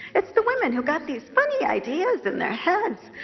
it's the women who got these funny ideas in their heads,